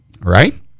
Right